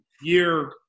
year